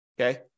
okay